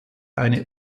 eine